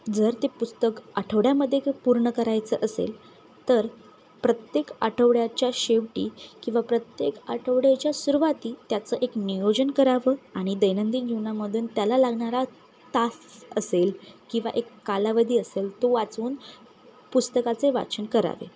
जर ते पुस्तक आठवड्यामध्ये पूर्ण करायचं असेल तर प्रत्येक आठवड्याच्या शेवटी किंवा प्रत्येक आठवड्याच्या सुरवाती त्याचं एक नियोजन करावं आणि दैनंदिन जीवनामधून त्याला लागणारा तास असेल किंवा एक कालावधी असेल तो वाचून पुस्तकाचे वाचन करावे